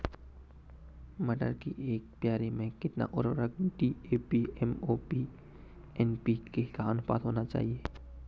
मटर की एक क्यारी में कितना उर्वरक डी.ए.पी एम.ओ.पी एन.पी.के का अनुपात होना चाहिए?